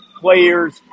players